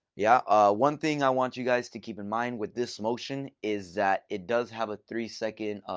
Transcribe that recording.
yeah ah one thing i want you guys to keep in mind with this motion is that it does have a three second